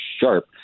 sharp